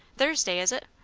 thursday, is it?